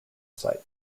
site